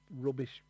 rubbish